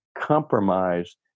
compromise